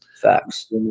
facts